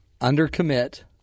Under-commit